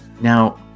Now